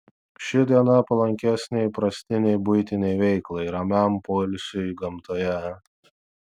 ši diena palankesnė įprastinei buitinei veiklai ramiam poilsiui gamtoje